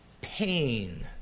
Pain